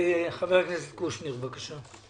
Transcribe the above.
חבר הכנסת קושניר, בבקשה.